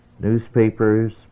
Newspapers